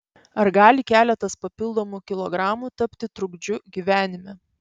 ar gali keletas papildomų kilogramų tapti trukdžiu gyvenime